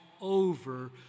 over